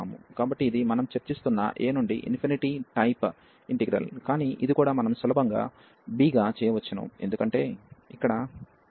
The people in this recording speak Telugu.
కాబట్టి ఇది మనం చర్చిస్తున్న a నుండి ఇన్ఫినిటీ టైపు ఇంటిగ్రల్ కానీ ఇది కూడా మనం సులభంగా b గా చేయవచ్చు ఎందుకంటే ఇక్కడ ఉదాహరణగా x t